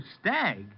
stag